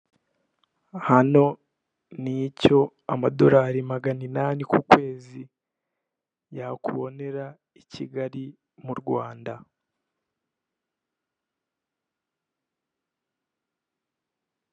Hano ni icyo amadolari magana inani ku kwezi yakubonera i Kigali mu Rwanda.